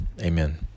amen